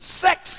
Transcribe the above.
sex